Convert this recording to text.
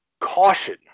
caution